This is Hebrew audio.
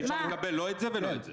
שאי-אפשר לקבל לא את זה ולא את זה.